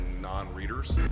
non-readers